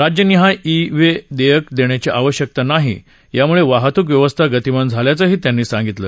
राज्य निहाय e way देयक देण्याची वश्यकता नाही यामुळे वाहतूक व्यवस्था गतिमान झाल्याचही त्यांनी सांगितलं